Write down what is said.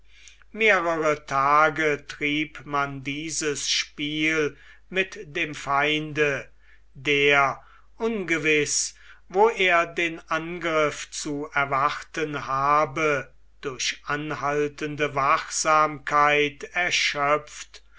mehrere tage trieb man dieses spiel mit dem feinde der ungewiß wo er den angriff zu erwarten habe durch anhaltende wachsamkeit erschöpft